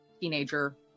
teenager